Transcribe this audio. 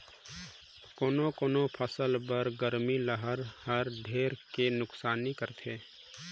कोनो कोनो फसल बर गरम लहर हर ढेरे के नुकसानी करथे